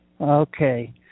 Okay